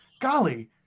golly